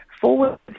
Forward